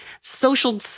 social